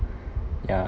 ya